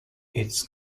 its